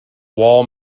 wall